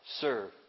serve